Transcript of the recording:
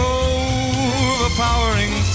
overpowering